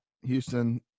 Houston